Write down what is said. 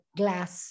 glass